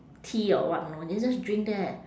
tea or what know then you just drink there